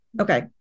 Okay